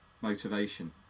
motivation